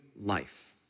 life